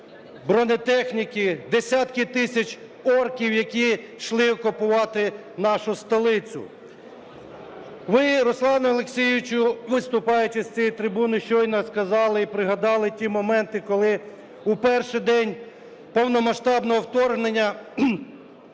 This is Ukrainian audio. бронетехніки, десятки тисяч орків, які йшли окупувати нашу столицю. Ви, Руслан Олексійович, виступаючи з цієї трибуни, щойно сказали і пригадали ті моменти, коли у перший день повномасштабного вторгнення